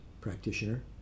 practitioner